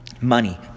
Money